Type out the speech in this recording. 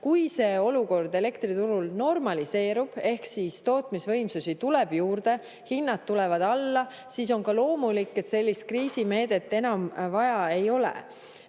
Kui olukord elektriturul normaliseerub ehk tootmisvõimsusi tuleb juurde ja hinnad tulevad alla, siis on ka loomulik, et sellist kriisimeedet enam vaja ei ole.